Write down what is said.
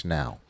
now